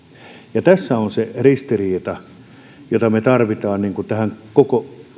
ja tässä on se ristiriita johon me tarvitsemme ratkaisua tässä koko